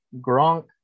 Gronk